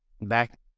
back